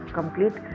complete